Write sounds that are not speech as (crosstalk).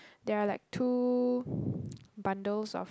there're like two (breath) bundles of